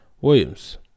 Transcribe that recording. Williams